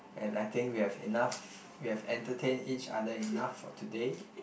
and I think we have enough we have entertained each other enough for today